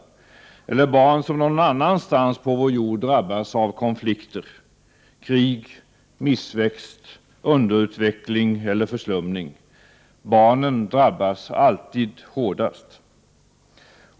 Det gäller också barn som någon annanstans på vår jord drabbas av konflikter, krig, missväxt, underutveckling eller förslumning. Barnen drabbas alltid hårdast.